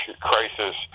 crisis